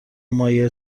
مایع